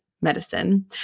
medicine